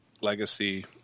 legacy